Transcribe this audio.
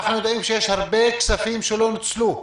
אנחנו יודעים שיש הרבה כספים שלא נוצלו,